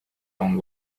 own